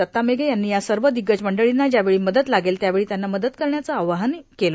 दत्ता मेघे यांनी या सर्व दिग्गज मंडळींना ज्यावेळी मदत लागेल त्यावेळी त्यांना मदत करण्याचं आवाहन यावेळी केलं